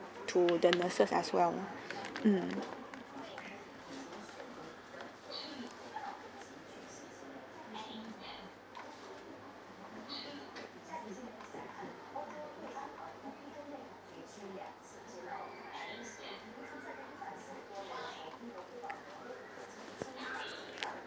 to the nurses as well mm